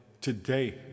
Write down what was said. today